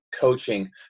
coaching